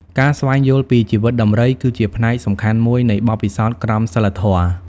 ការស្វែងយល់ពីជីវិតដំរី គឺជាផ្នែកសំខាន់មួយនៃបទពិសោធន៍ក្រមសីលធម៌។